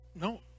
No